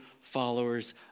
followers